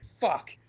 fuck